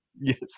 Yes